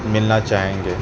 ملنا چاہیں گے